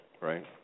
right